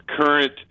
current